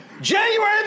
January